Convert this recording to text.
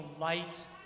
light